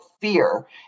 fear